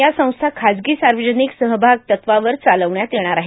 या संस्था खासगी सार्वजनिक सहभाग तत्त्वावर चालविण्यात येणार आहेत